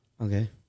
Okay